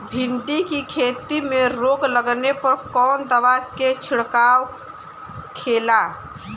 भिंडी की खेती में रोग लगने पर कौन दवा के छिड़काव खेला?